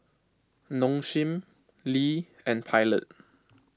Nong Shim Lee and Pilot